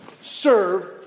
serve